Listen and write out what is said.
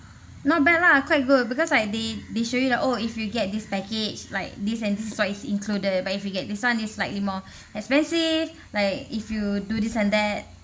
not bad lah quite good because like they they show you like oh if you get this package like this and this is what is included but if you get this one is slightly more expensive like if you do this and that